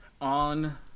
on